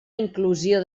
inclusió